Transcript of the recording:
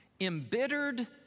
embittered